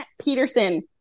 Peterson